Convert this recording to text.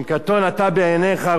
אם קטון אתה בעיניך,